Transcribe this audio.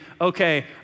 okay